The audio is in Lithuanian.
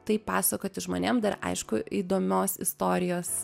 tai pasakoti žmonėm dar aišku įdomios istorijos